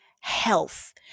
health